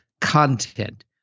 content